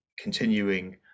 continuing